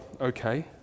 okay